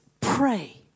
Pray